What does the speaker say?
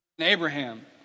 Abraham